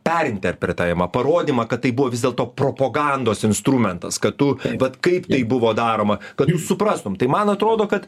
perinterpretavimą parodymą kad tai buvo vis dėlto propagandos instrumentas kad tu vat kaip tai buvo daroma kad jas suprastum tai man atrodo kad